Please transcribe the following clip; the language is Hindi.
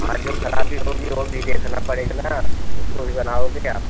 हाँ जो खराबी होगी वह भी देखना पड़ेगा ना उसको भी बनाओगे आप